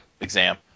exam